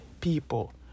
people